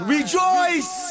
Rejoice